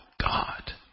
God